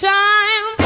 time